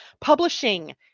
Publishing